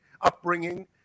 upbringing